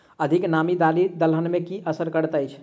अधिक नामी दालि दलहन मे की असर करैत अछि?